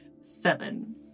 seven